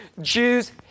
Jews